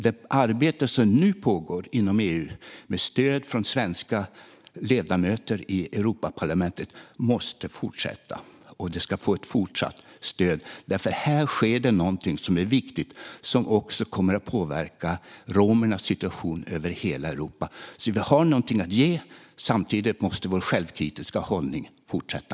Det arbete som nu pågår inom EU med stöd från svenska ledamöter i Europaparlamentet måste fortsätta, och det måste få ett fortsatt stöd. Här sker det nämligen någonting som är viktigt och som också kommer att påverka romernas situation över hela Europa. Vi har alltså någonting att ge, men samtidigt måste vår självkritiska hållning fortsätta.